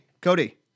Cody